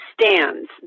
stands